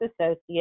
associate